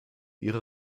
ihre